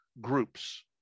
groups